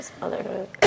motherhood